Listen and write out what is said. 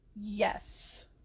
yes